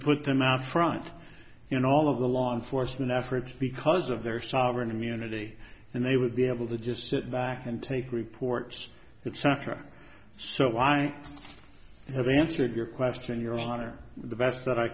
put them out front in all of the law enforcement efforts because of their sovereign immunity and they would be able to just sit back and take reports that sucker so i have answered your question your honor the best that i